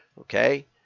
Okay